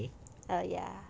err ya